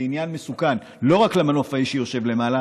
זה עניין מסוכן לא רק למנופאי שיושב למעלה